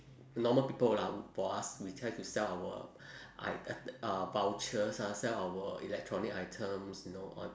normal people lah for us we try to sell our i~ uh vouchers lah sell our electronic items you know all